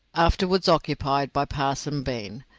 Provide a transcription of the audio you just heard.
afterwards occupied by parson bean.